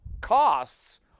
costs